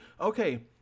Okay